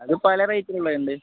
അതു പല റെയ്റ്റിലുള്ള ഉണ്ട്